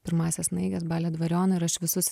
pirmąsias snaiges balio dvariono ir aš visus